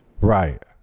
Right